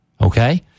Okay